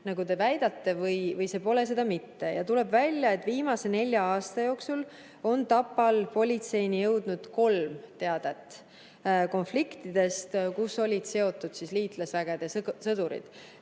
nagu te väidate, või see pole seda mitte. Tuleb välja, et viimase nelja aasta jooksul on Tapal politseini jõudnud kolm teadet konfliktidest, millega olid seotud liitlasvägede sõdurid.